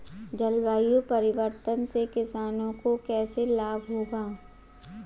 जलवायु परिवर्तन से किसानों को कैसे लाभ होगा?